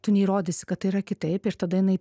tu neįrodysi kad tai yra kitaip ir tada jinai